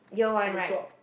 year one right